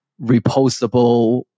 repostable